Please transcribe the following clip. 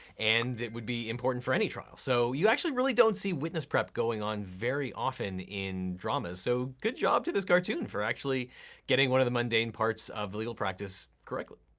and it would be important for any trial. so you actually really don't see witness prep going on very often in dramas, so good job to this cartoon for actually getting one of the mundane parts of legal practice correctly.